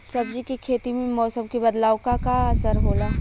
सब्जी के खेती में मौसम के बदलाव क का असर होला?